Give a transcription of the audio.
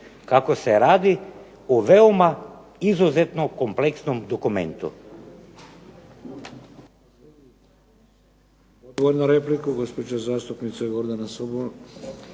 kako se radi o veoma izuzetno kompleksnom dokumentu.